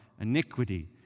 iniquity